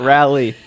Rally